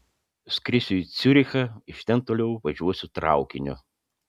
skrisiu į ciurichą iš ten toliau važiuosiu traukiniu